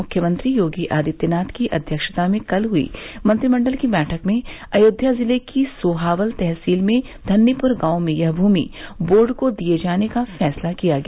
मुख्यमंत्री योगी आदित्यनाथ की अध्यक्षता में कल हुई मंत्रिमंडल की बैठक में अयोध्या जिले की सोहावल तलसील में धन्नीपुर गांव में यह भूमि बोर्ड को दिए जाने का फैसला लिया गया